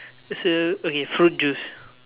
it's uh okay fruit juice